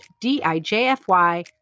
D-I-J-F-Y